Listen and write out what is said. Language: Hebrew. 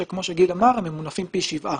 שכמו שגיל אמר הם ממונפים פי שבעה.